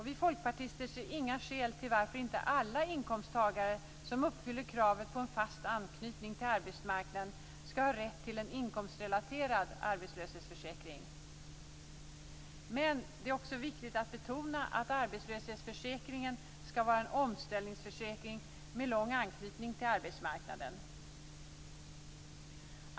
Vi folkpartister ser inga skäl till varför inte alla inkomsttagare som uppfyller kravet på en fast anknytning till arbetsmarknaden skall ha rätt till en inkomstrelaterad arbetslöshetsförsäkring. Men det är också viktigt att betona att arbetslöshetsförsäkringen skall vara en omställningsförsäkring med lång anknytning till arbetsmarknaden.